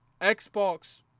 Xbox